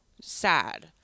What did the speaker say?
sad